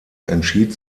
entschied